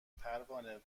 پروانه